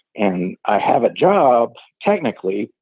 and i have a job, technically,